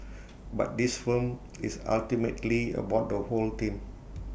but this film is ultimately about the whole team